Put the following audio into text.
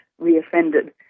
re-offended